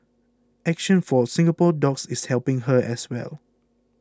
action for Singapore Dogs is helping her as well